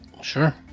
Sure